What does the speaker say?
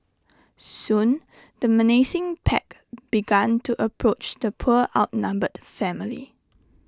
soon the menacing pack began to approach the poor outnumbered family